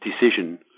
decision